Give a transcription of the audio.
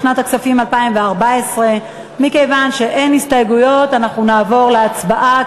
לשנת הכספים 2014. מכיוון שאין הסתייגויות אנחנו נעבור להצבעה,